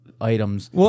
items